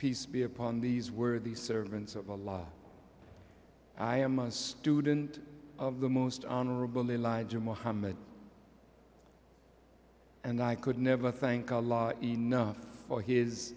peace be upon these were the servants of the law i am a student of the most honorable elijah muhammad and i could never think enough for his